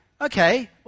Okay